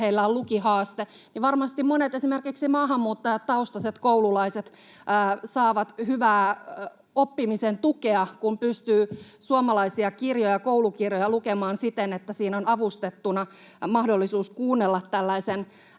joilla on lukihaaste, vaan varmasti monet, esimerkiksi maahanmuuttajataustaiset koululaiset, saavat hyvää oppimisen tukea, kun pystyvät suomalaisia kirjoja, koulukirjoja, lukemaan siten, että siinä on avustettuna mahdollisuus kuunnella tällaisen